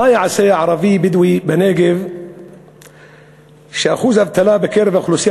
מה יעשה הערבי הבדואי בנגב ששיעור האבטלה בקרב האוכלוסייה